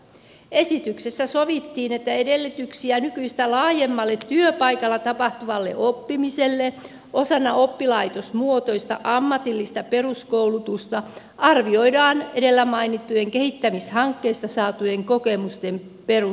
esityksessä sovittiin että edellytyksiä nykyistä laajemmalle työpaikalla tapahtuvalle oppimiselle osana oppilaitosmuotoista ammatillista peruskoulutusta arvioidaan edellä mainittujen kehittämishankkeista saatujen kokemusten perusteella